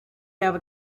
have